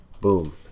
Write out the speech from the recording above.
Boom